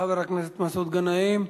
תודה לחבר הכנסת מסעוד גנאים.